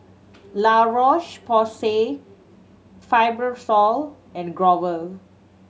La Roche Porsay Fibrosol and Growell